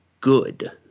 good